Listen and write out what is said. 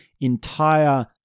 entire